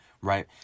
right